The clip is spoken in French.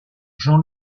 jean